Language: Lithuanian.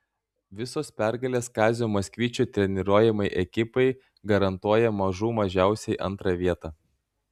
visos pergalės kazio maksvyčio treniruojamai ekipai garantuoja mažų mažiausiai antrą vietą